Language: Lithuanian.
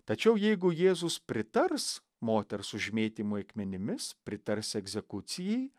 tačiau jeigu jėzus pritars moters užmėtymui akmenimis pritars egzekucijai